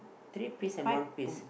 three piece and one piece